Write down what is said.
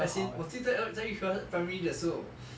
as in 我记得在 yu hua primary 的时候